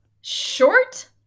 Short